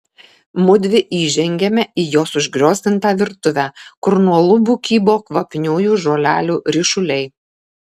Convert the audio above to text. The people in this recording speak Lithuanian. mudvi įžengiame į jos užgriozdintą virtuvę kur nuo lubų kybo kvapniųjų žolelių ryšuliai